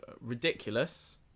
ridiculous